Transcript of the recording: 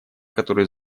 которые